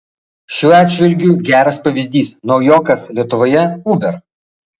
šiuo atžvilgiu geras pavyzdys naujokas lietuvoje uber